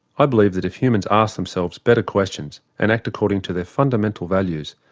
i believe that if humans ask themselves better questions and act according to their fundamental values,